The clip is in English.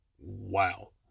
wow